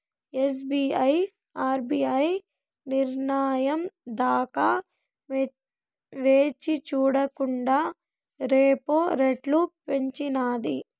SBI RBI నిర్నయం దాకా వేచిచూడకండా రెపో రెట్లు పెంచినాది